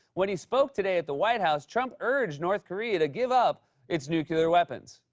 when he spoke today at the white house, trump urged north korea to give up its nuclear weapons.